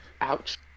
Ouch